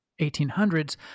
1800s